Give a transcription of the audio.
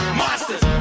monsters